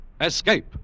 Escape